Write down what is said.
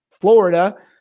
Florida